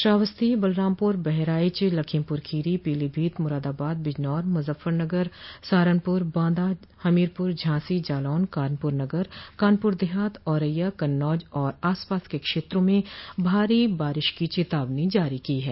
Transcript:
श्रावस्ती बलरामपुर बहराइच लखीमपुर खीरी पीलीभीत मुरादाबाद बिजनौर मुजफ्नगर सहारनपुर बांदा हमीरपुर झांसी जालौन कानपुर नगर कानपुर देहात आरैया कन्नौज और आसपास के क्षेत्रों में भारी वर्षा की चेतावनी जारी की है